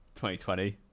2020